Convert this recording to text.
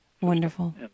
Wonderful